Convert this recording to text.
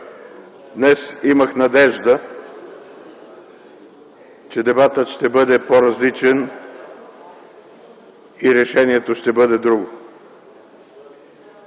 Днес имах надежда, че дебатът ще бъде по-различен и решението ще бъде друго.